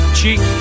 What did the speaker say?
cheek